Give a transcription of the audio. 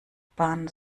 bahn